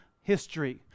history